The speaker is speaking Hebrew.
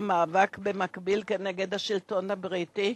נאבקו במקביל כנגד השלטון הבריטי.